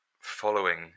following